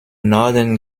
norden